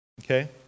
okay